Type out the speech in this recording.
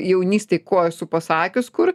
jaunystėj kuo esu pasakius kur